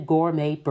Gourmet